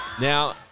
Now